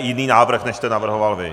jiný návrh, než jste navrhoval vy.